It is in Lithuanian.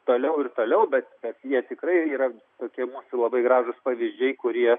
toliau ir toliau bet jie tikrai yra tokie mūsų labai gražūs pavyzdžiai kurie